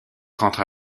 rentra